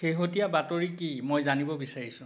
শেহতীয়া বাতৰি কি মই জানিব বিচাৰিছোঁ